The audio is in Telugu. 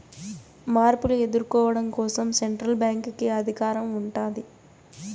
మార్పులు ఎదుర్కోవడం కోసం సెంట్రల్ బ్యాంక్ కి అధికారం ఉంటాది